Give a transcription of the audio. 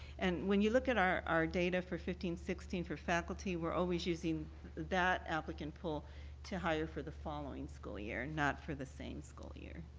and when you look at our our data for fifteen sixteen for faculty, we are always using that applicant poll to hire for the following school year, not for the same school year.